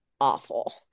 awful